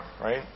right